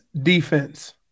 defense